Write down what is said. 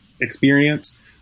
experience